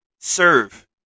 serve